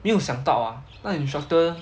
没有想到啊那个 instructor